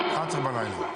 זה 23:00 בלילה.